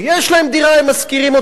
יש להם דירה, הם משכירים אותה.